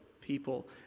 people